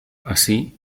así